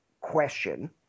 question